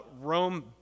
Rome